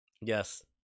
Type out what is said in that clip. yes